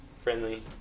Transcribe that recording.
friendly